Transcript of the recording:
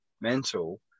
mental